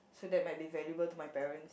so that might be valuable to my parents